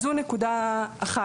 זו נקודה אחת.